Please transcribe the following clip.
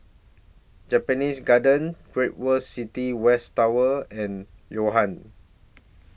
Japanese Garden Great World City West Tower and Yo Ham